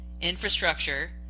infrastructure